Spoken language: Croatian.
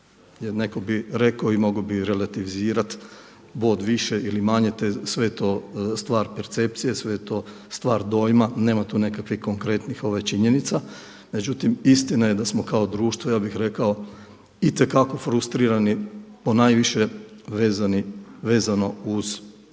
neko bi rekao i mogao bi relativizirati bod više ili manje, sve je to stvar percepcije, sve je to stvar dojma, nema tu nekakvih konkretnih činjenica. Međutim, istina je da smo kao društvo ja bih rekao itekako frustrirani ponajviše vezano uz